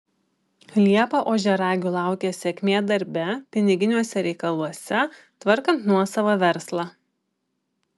liepą ožiaragių laukia sėkmė darbe piniginiuose reikaluose tvarkant nuosavą verslą